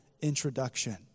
introduction